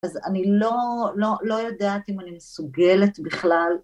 אז אני לא יודעת אם אני מסוגלת בכלל